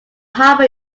harbour